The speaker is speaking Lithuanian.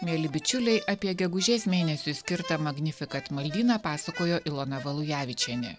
mieli bičiuliai apie gegužės mėnesiui skirtą magnificat maldyną pasakojo ilona valujevičienė